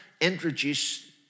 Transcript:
introduce